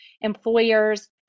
employers